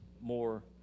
more